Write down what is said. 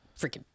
freaking